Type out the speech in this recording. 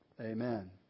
Amen